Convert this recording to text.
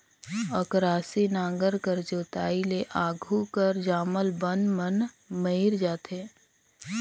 अकरासी नांगर कर जोताई ले आघु कर जामल बन मन मइर जाथे